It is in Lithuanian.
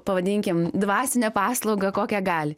pavadinkim dvasinę paslaugą kokią gali